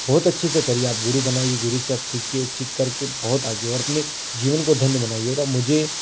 बहुत अच्छे से करिए आप गुरू बनाइए गुरू से आप सीखिए सीखकर के बहुत आगे और अपने जीवन को धन्य बनाइए और अब मुझे